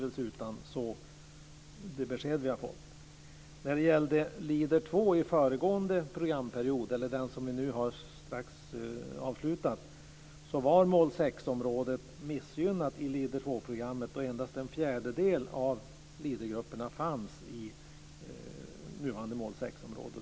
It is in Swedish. I den programperiod som strax kommer att vara avslutad har mål 6-området varit missgynnat. Endast en fjärdedel av Leadergrupperna fanns i nuvarande mål 6-område.